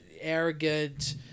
arrogant